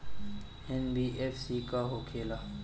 NBFC का होंखे ला?